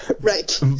Right